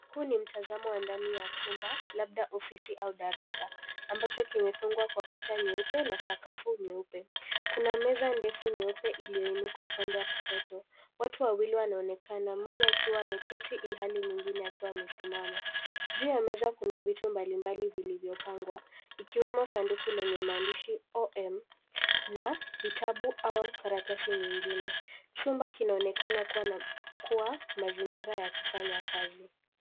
Huu ni mtazamo wa ndani ya chumba labda ofisi au darasa ambacho kimefungwa kwa kuta nyeupe na sakafu nyeupe. Kuna meza ndefu nyeupe iliyoinuka upande wa kushoto, watu wawili wanaonekana mmoja akiwa ameketi ilhali mwingine akiwa amesimama. Juu ya meza kuna vitu mbalimbali vilivyopangwa ikiwemo sanduku lenye maandishi OM na vitabu au karatasi nyingine. Chumba kinaonekana kuwa mazingira ya kufanya kazi.